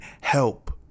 help